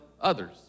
others